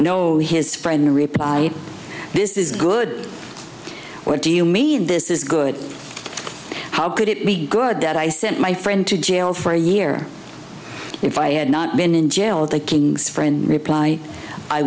know his friend replied this is good what do you mean this is good how could it be good that i sent my friend to jail for a year if i had not been in jail the king's friend repl